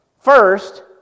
First